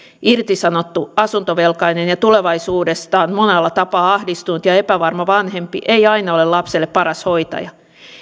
irtisanottu asuntovelkainen ja tulevaisuudestaan monella tapaa ahdistunut ja epävarma vanhempi ei aina ole lapselle paras hoitaja